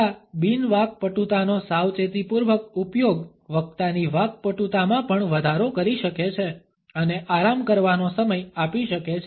આ બિન વાકપટુતાનો સાવચેતીપૂર્વક ઉપયોગ વક્તાની વાકપટુતામાં પણ વધારો કરી શકે છે અને આરામ કરવાનો સમય આપી શકે છે